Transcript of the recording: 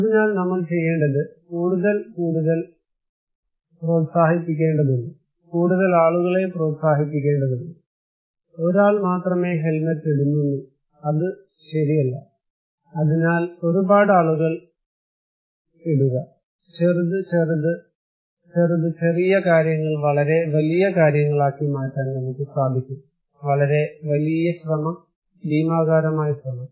അതിനാൽ നമ്മൾ ചെയ്യേണ്ടത് കൂടുതൽ കൂടുതൽ പ്രോത്സാഹിപ്പിക്കേണ്ടതുണ്ട് കൂടുതൽ ആളുകളെ പ്രോത്സാഹിപ്പിക്കേണ്ടതുണ്ട് ഒരു ആൾ മാത്രമേ ഹെൽമെറ്റ് ഇടുന്നുള്ളൂ അത് ശരിയല്ല അതിനാൽ ഒരുപാട് ആളുകൾ ഇടുക ചെറുത് ചെറുത് ചെറുത് ചെറുത് ചെറിയ കാര്യങ്ങൾ വളരെ വലിയ കാര്യങ്ങളാക്കി മാറ്റാൻ നമുക്ക് സാധിക്കും വളരെ വലിയ ശ്രമം ഭീമാകാരമായ ശ്രമം